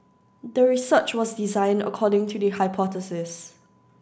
the research was designed according to the hypothesis